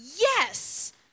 Yes